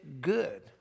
good